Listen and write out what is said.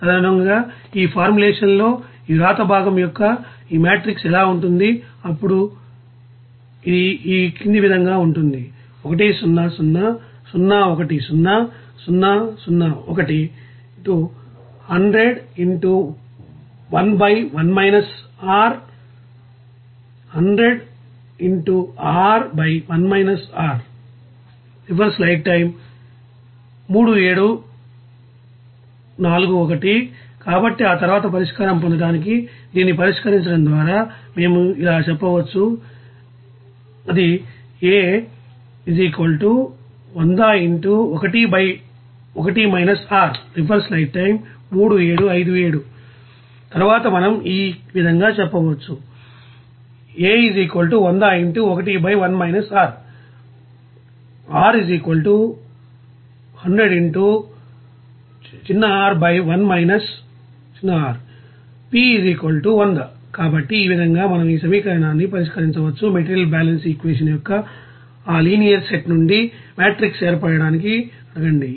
తదనుగుణంగా ఈ ఫార్ములేషన్ లో ఈ వ్రాత భాగం యొక్క ఈమెట్రిక్స్ ఎలా ఉంటుంది అప్పుడు అది ఇలా ఉంటుంది కాబట్టి ఆ తర్వాత పరిష్కారం పొందడానికి దీనిని పరిష్కరించడం ద్వారా మేము ఇక్కడ ఇలా చెప్పవచ్చు So here and then we can say that తరువాత మనం ఈ విధంగా చెప్పగలం కాబట్టి ఈ విధంగా మనం ఈ సమీకరణాన్ని పరిష్కరించవచ్చుమెటీరియల్ బాలన్స్ ఈక్వేషన్ యొక్క ఆ లినియర్ సెట్ నుండి మెట్రిక్స్ ఏర్పడటానికి అడగండి